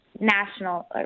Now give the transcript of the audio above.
national